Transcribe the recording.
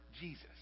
Jesus